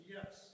Yes